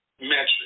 metric